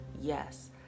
Yes